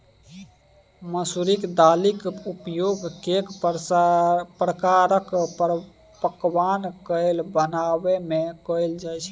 मसुरिक दालिक उपयोग कैक प्रकारक पकवान कए बनेबामे कएल जाइत छै